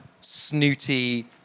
snooty